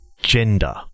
Gender